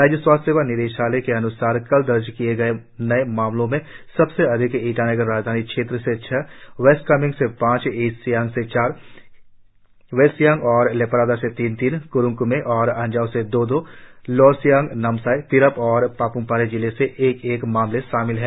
राज्य स्वास्थ्य सेवा निदेशालय के अन्सार कल दर्ज किए नए मामलों में सबसे अधिक ईटानगर राजधानी क्षेत्र से छह वेस्ट कामेंग से पांच ईस्ट सियांग से चार वेस्ट सियांग और लेपारादा से तीन तीन क्रुंग क्मे और अंजाव से दो दो लोअर सियांग नामसाई तिरप और पाप्मपारे जिले से एक एक मामले शामिल है